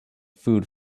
food